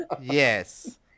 Yes